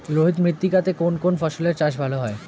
লোহিত মৃত্তিকা তে কোন কোন ফসলের চাষ ভালো হয়?